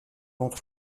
d’entre